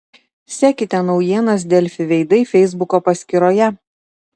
sekite naujienas delfi veidai feisbuko paskyroje